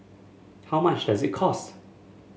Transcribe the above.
how much does it cost